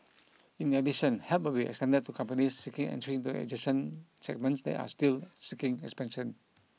in addition help will be extended to companies seeking entry into adjacent segments that are still seeing expansion